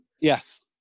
Yes